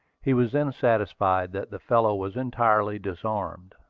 he was then satisfied that the fellow was entirely disarmed.